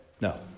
No